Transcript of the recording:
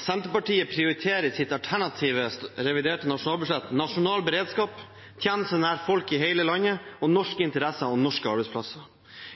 Senterpartiet prioriterer i sitt alternative reviderte nasjonalbudsjett nasjonal beredskap, tjenester nær folk i hele landet, norske interesser og norske arbeidsplasser.